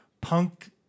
punk